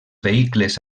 vehicles